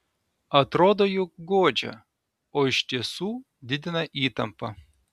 atrodo jog guodžia o iš tiesų didina įtampą